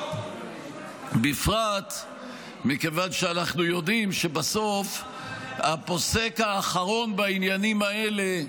בפרט מכיוון שאנחנו יודעים שבסוף הפוסק האחרון בעניינים האלה,